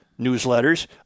newsletters